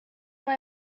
why